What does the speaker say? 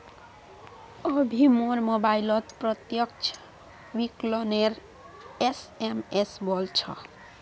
अभी मोर मोबाइलत प्रत्यक्ष विकलनेर एस.एम.एस वल छ